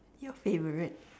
your favorite